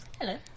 Hello